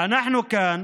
אנחנו כאן